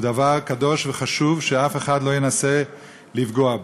היא דבר קדוש וחשוב שאף אחד לא ינסה לפגוע בו.